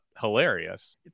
hilarious